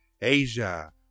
Asia